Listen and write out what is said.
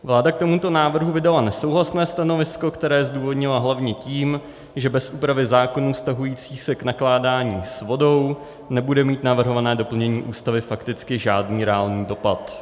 Vláda k tomuto návrhu vydala nesouhlasné stanovisko, které zdůvodnila hlavně tím, že bez úpravy zákonů vztahujících se k nakládání s vodou nebude mít navrhované doplnění Ústavy fakticky žádný reálný dopad.